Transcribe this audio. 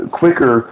quicker